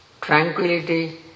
tranquility